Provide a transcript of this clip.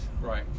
Right